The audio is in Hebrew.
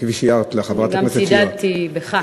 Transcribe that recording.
כפי שהערת לחברת הכנסת, אני גם צידדתי בך.